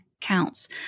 counts